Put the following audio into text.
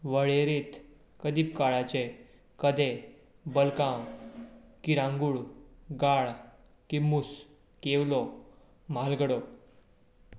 वळेरींत अदीक काळाचें कदेल बलकांव किरांगूळ गाळ किमूस केवलो म्हालगडो